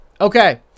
Okay